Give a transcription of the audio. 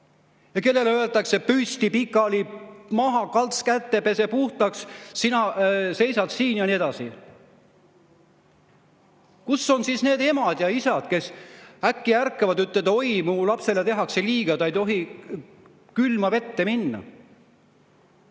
et neile öeldakse: "Püsti! Pikali maha! Kalts kätte, pese puhtaks! Sina seisad siin!" Ja nii edasi. Kus on siis need emad ja isad, kes äkki ärkavad ja ütlevad: "Oi, mu lapsele tehakse liiga! Ta ei tohi külma vette minna!